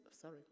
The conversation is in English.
sorry